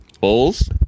Bulls